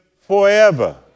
forever